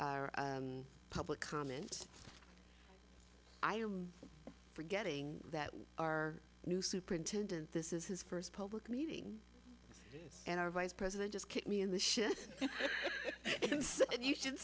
our public comment i am forgetting that our new superintendent this is his first public meeting and our vice president just kicked me in the shit if you